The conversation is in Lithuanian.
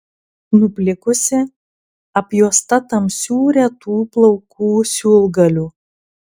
nuplikusi apjuosta tamsių retų plaukų siūlgalių